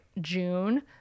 June